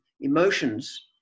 emotions